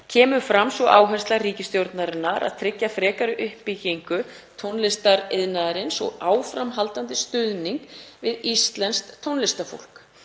kemur fram sú áhersla ríkisstjórnarinnar að tryggja frekari uppbyggingu tónlistariðnaðarins og áframhaldandi stuðning við íslenskt tónlistarfólk.